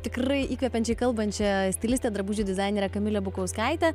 tikrai įkvepiančiai kalbančią stilistę drabužių dizainerę kamilę bukauskaitę